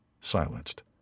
silenced